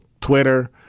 Twitter